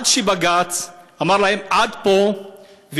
עד שבג"ץ אמר להם: עד פה,